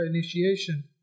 initiation